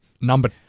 number